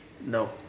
no